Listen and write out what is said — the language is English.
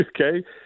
Okay